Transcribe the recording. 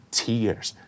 tears